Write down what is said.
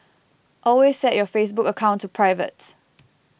always set your Facebook account to private